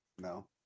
No